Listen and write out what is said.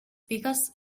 figues